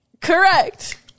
correct